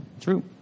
True